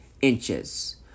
inches